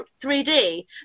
3D